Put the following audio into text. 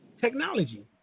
technology